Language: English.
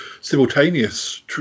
simultaneous